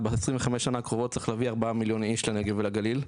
אז ב-25 השנים הקרובות צריך להביא 4 מיליון איש לנגב ולגליל,